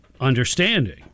understanding